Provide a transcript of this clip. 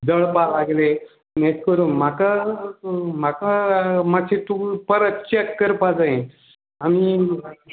दळपाक लागले हें करून म्हाका म्हाका मात्शें तुका परत चॅक करपा जाय आनी